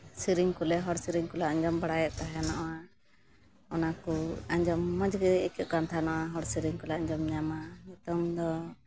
ᱥᱮᱨᱮᱧ ᱠᱚᱞᱮ ᱦᱚᱲ ᱥᱮᱨᱮᱧ ᱠᱚᱞᱮ ᱟᱸᱡᱚᱢ ᱵᱟᱲᱟᱭᱮᱫ ᱛᱟᱦᱮᱱᱚᱜᱼᱟ ᱚᱱᱟ ᱠᱚ ᱟᱸᱡᱚᱢ ᱢᱚᱡᱽ ᱜᱮ ᱟᱹᱭᱠᱟᱹᱜ ᱠᱟᱱ ᱛᱟᱦᱮᱱᱟ ᱦᱚᱲ ᱥᱮᱨᱮᱧ ᱠᱚᱞᱮ ᱟᱸᱡᱚᱢ ᱧᱟᱢᱟ ᱱᱤᱛᱳᱝ ᱫᱚ